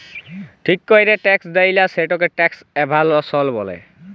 ঠিক ক্যরে ট্যাক্স দেয়লা, সেটকে ট্যাক্স এভাসল ব্যলে